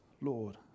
Lord